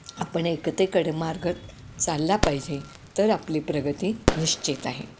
आपण एकतेकडे मार्गत चालला पाहिजे तर आपली प्रगती निश्चित आहे